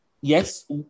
Yes